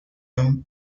him